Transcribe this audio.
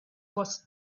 was